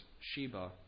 Sheba